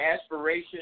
aspiration